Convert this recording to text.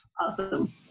Awesome